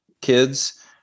kids